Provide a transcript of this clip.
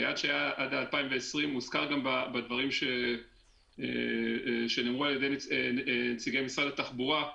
היעד שהיה עד ל-2020 הוזכר גם בדברים שנאמרו על ידי נציגי משרד התחבורה.